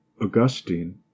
Augustine